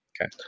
Okay